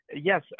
yes